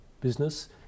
business